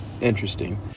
Interesting